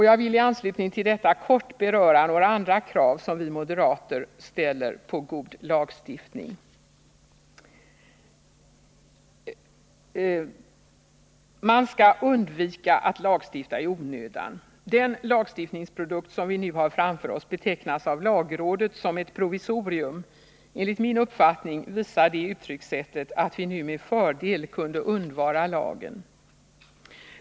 Jag vill i anslutning till detta kort beröra några andra krav som vi moderater ställer på god lagstiftning. Man skall undvika att lagstifta i onödan. Den lagstiftningsprodukt som vi nu har framför oss betecknas av lagrådet som ett provisorium. Enligt min uppfattning visar det uttryckssättet att vi nu med fördel kunde undvara lagen.